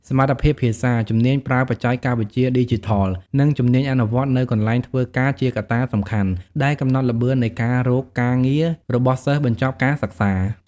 សមត្ថភាពភាសា ជំនាញប្រើបច្ចេកវិទ្យាឌីជីថល និងជំនាញអនុវត្តន៍នៅកន្លែងធ្វើការជាកត្តាសំខាន់ដែលកំណត់ល្បឿននៃការរកការងាររបស់សិស្សបញ្ចប់ការសិក្សា។